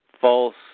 false